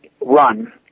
run